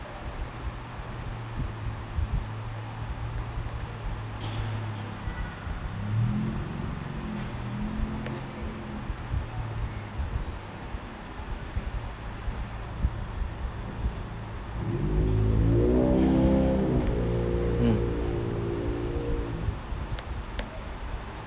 mm